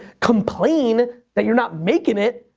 complain that you're not makin' it,